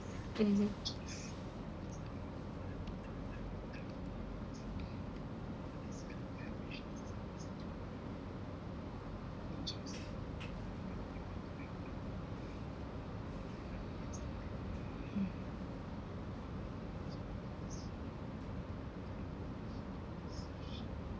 mmhmm hmm